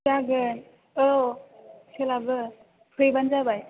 जागोन औ सोलाबो फैबानो जाबाय